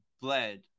bled